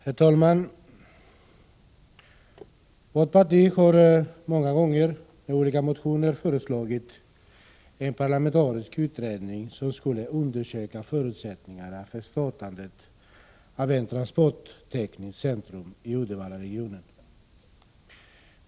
Herr talman! Vårt parti har många gånger i olika motioner föreslagit en parlamentarisk utredning som skulle undersöka förutsättningarna för startandet av ett transporttekniskt centrum i Uddevallaregionen.